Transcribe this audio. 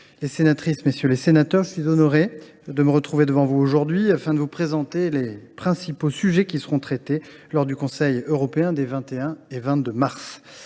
les sénatrices, messieurs les sénateurs, je suis honoré de me trouver devant vous aujourd’hui afin de vous présenter les principaux sujets qui seront traités lors du Conseil européen des 21 et 22 mars.